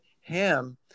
ham